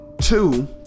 two